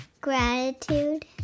gratitude